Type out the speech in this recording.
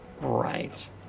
right